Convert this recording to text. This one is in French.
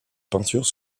peinture